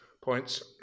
points